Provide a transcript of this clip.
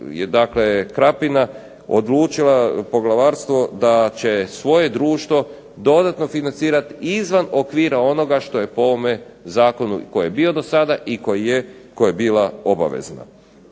dakle Krapina odlučila, poglavarstvo da će svoje društvo dodatno financirati izvan okvira onoga što je po ovome zakonu koji je bio do sada i koji je koji je bila obavezna.